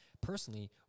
personally